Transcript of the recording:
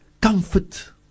comfort